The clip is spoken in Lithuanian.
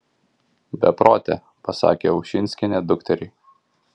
beprote pasakė ušinskienė dukteriai